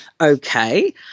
Okay